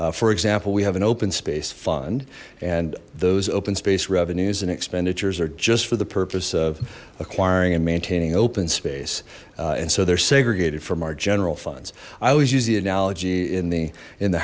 for example we have an open space fund and those open space revenues and expenditures are just for the purpose of acquiring and maintaining open space and so they're segregated from our general funds i always use the analogy in the in the